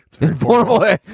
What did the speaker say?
informal